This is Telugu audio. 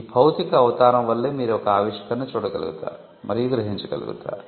ఈ భౌతిక అవతారం వల్లే మీరు ఒక ఆవిష్కరణను చూడగలుగుతారు మరియు గ్రహించగలుగుతారు